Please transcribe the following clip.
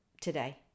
today